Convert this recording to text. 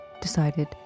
decided